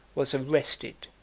was arrested,